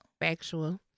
factual